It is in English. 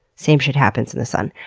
same shit happens in the sun.